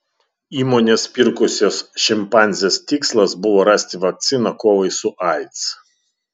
įmonės pirkusios šimpanzes tikslas buvo rasti vakciną kovai su aids